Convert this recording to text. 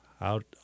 out